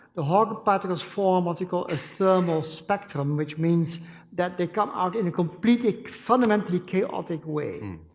the hawking particles form what you call a thermal spectrum, which means that they come out in a completely fundamentally chaotic way.